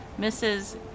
Mrs